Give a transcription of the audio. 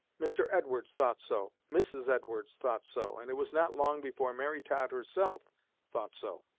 mr. edwards thought so mrs. edwards thought so and it was not long before mary todd herself thought so.